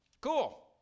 Cool